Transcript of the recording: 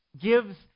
gives